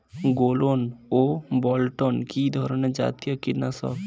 গোলন ও বলটন কি ধরনে জাতীয় কীটনাশক?